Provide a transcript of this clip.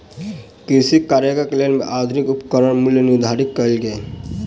कृषि कार्यक लेल आधुनिक उपकरणक मूल्य निर्धारित कयल गेल